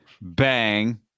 bang